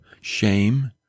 shame